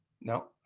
No